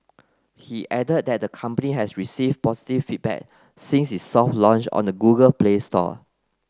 he added that the company has received positive feedback since its soft launch on the Google Play Store